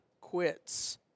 quits